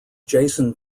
jason